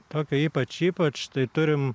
tokio ypač ypač tai turim